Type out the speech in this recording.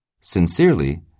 Sincerely